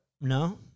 No